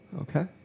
Okay